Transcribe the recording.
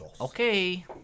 okay